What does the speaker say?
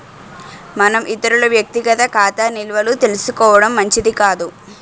మనం ఇతరుల వ్యక్తిగత ఖాతా నిల్వలు తెలుసుకోవడం మంచిది కాదు